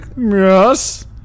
Yes